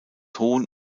hohen